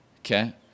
okay